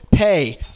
Pay